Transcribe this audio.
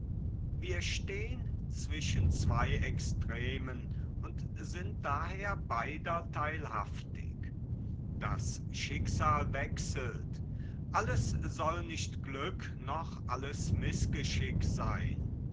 wir stehn zwischen zwei extremen und sind daher beider theilhaft das schicksal wechselt alles soll nicht glück noch alles mißgeschick seyn